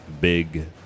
big